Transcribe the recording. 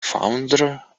founder